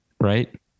right